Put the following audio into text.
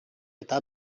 eta